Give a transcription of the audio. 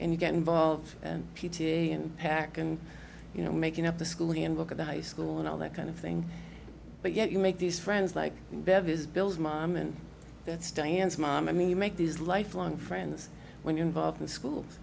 and you get involved and p t a and pac and you know making up the school and look at the high school and all that kind of thing but yet you make these friends like bev is bill's mom and that's diane's mom i mean you make these lifelong friends when you're involved in school